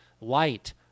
light